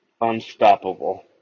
unstoppable